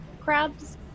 crabs